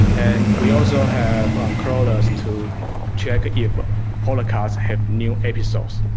and we also have crawlers to check if podcasts have new episodes.